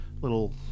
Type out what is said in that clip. little